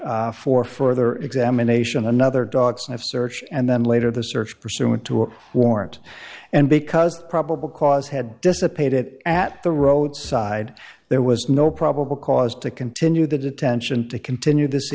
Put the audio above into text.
for further examination another dog sniff search and then later the search pursuant to a warrant and because probable cause had dissipated at the roadside there was no probable cause to continue the detention to continue th